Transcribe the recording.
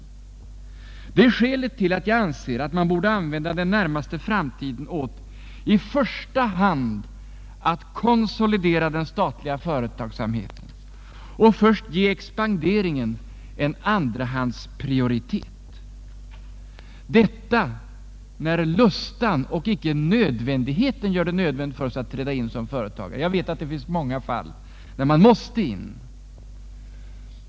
Av detta skäl anser jag, att man bör ägna den Allmänpolitisk debatt Allmänpolitisk debatt närmaste framtiden åt att i första hand konsolidera den statliga företagsamheten och ge expanderandet en andrahandsprioritet. Detta när lustan och icke nödvändigheten får oss att träda in som företagare — jag vet att det finns många fall där man varit tvungen att träda till.